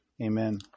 Amen